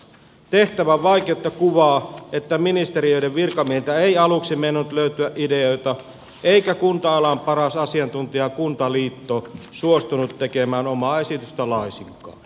tehtävän vaikeutta kuvaa että ministeriöiden virkamiehiltä ei aluksi meinannut löytyä ideoita eikä kunta alan paras asiantuntija kuntaliitto suostunut tekemään omaa esitystä laisinkaan